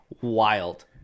Wild